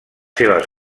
seves